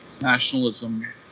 nationalism